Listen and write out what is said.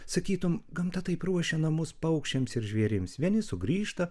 sakytum gamta taip ruošia namus paukščiams ir žvėrims vieni sugrįžta